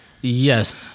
Yes